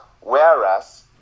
whereas